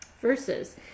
Versus